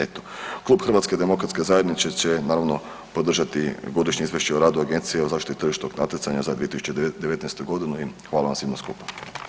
Eto, Klub HDZ-a će naravno podržati Godišnje izvješće o radu Agencije o zaštiti tržišnog natjecanja za 2019.g. i hvala vam svima skupa.